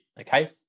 okay